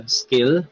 skill